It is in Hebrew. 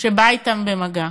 שבא אתם במגע.